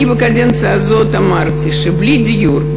אני בקדנציה הזאת אמרתי שבלי דיור,